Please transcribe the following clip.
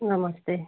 नमस्ते